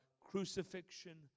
crucifixion